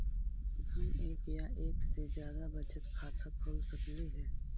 हम एक या एक से जादा बचत खाता खोल सकली हे?